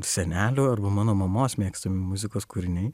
senelio arba mano mamos mėgstami muzikos kūriniai